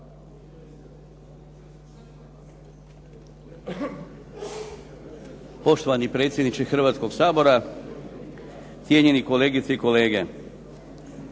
Poštovani predsjedniče Hrvatskog sabora, cijenjeni kolegice i kolege.